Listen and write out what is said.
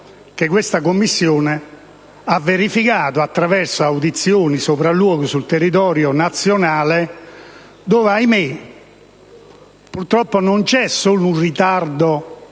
che questa Commissione ha verificato attraverso audizioni e sopralluoghi sul territorio nazionale, dove purtroppo non c'è solo un ritardo della